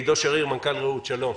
עידו שריר, מנכ"ל "רעות", שלום.